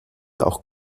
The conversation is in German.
auch